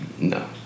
No